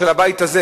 של הבית הזה,